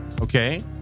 okay